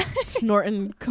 snorting